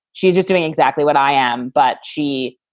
she's just doing exactly what i am. but she.